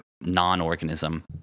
non-organism